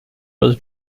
was